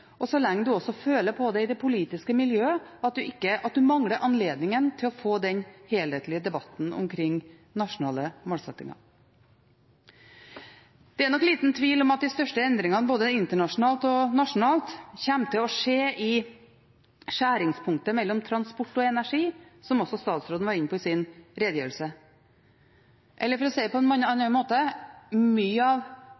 og så lenge en også i det politiske miljøet føler at en mangler anledningen til å få den helhetlige debatten omkring nasjonale målsettinger. Det er nok liten tvil om at de største endringene både internasjonalt og nasjonalt kommer til å skje i skjæringspunktet mellom transport og energi, som også statsråden var inne på i sin redegjørelse. Eller for å si det på en